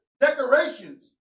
decorations